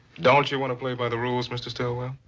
don't you want to play by the rules, mr. stillwell?